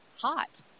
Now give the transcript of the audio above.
hot